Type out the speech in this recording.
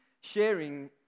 sharing